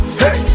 hey